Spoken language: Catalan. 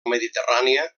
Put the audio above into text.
mediterrània